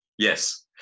Yes